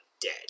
dead